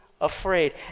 afraid